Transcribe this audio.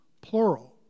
plural